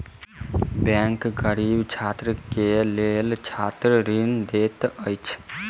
bank गरीब छात्र के लेल छात्र ऋण दैत अछि